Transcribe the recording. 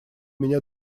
меня